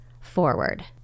forward